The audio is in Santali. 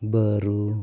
ᱵᱟᱹᱨᱩ